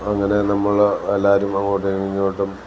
അങ്ങനെ നമ്മൾ എല്ലാവരും അങ്ങോട്ടും ഇങ്ങോട്ടും